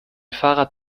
fahrrad